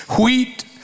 wheat